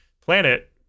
planet